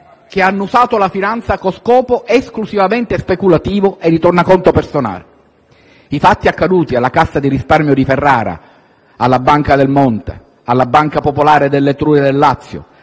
che hanno usato la finanza con scopi esclusivamente speculativi o di tornaconto personale. I fatti accaduti alla Cassa di risparmio di Ferrara, alla Banca delle Marche, alla Banca popolare dell'Etruria e del Lazio,